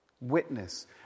Witness